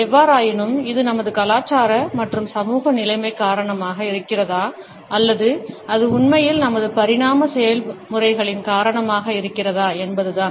எவ்வாறாயினும் இது நமது கலாச்சார மற்றும் சமூக நிலைமை காரணமாக இருக்கிறதா அல்லது உண்மையில் நமது பரிணாம செயல்முறைகளின் காரணமாக இருக்கிறதா என்பதுதான்